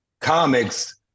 comics